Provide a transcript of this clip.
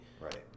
Right